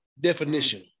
Definition